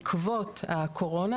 בעקבות הקורונה,